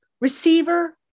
receiver